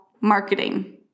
marketing